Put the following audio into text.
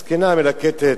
הזקנה מלקטת,